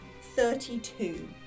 thirty-two